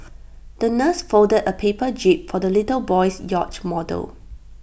the nurse folded A paper jib for the little boy's yacht model